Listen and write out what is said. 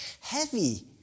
heavy